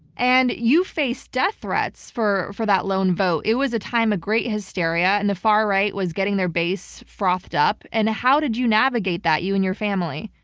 and you faced death threats for for that lone vote. it was a time of great hysteria and the far right was getting their base frothed up. and how did you navigate that? you and your family?